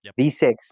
V6